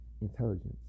intelligence